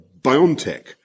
BioNTech